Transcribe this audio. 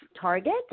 target